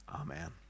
Amen